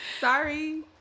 Sorry